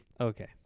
Okay